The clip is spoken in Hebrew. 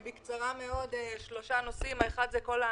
אני מעלה בקצרה מאוד שני נושאים: האחד הוא כל החוץ-בנקאיים,